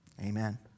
Amen